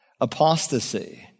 Apostasy